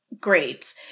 Great